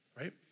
Right